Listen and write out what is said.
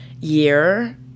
year